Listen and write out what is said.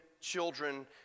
children